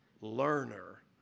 learner